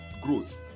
growth